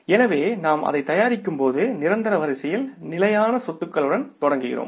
எனவே நாம் அதைத் தயாரிக்கும்போது நிரந்தர வரிசையில் நிலையான சொத்துகளுடன் தொடங்குகிறோம்